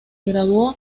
graduó